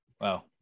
Wow